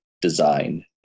design